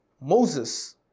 Moses